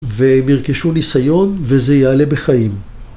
והם ירכשו ניסיון וזה יעלה בחיים.